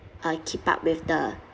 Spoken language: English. uh keep up with the